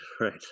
Right